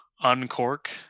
uncork